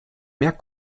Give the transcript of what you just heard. mehr